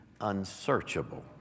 unsearchable